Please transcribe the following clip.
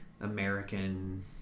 American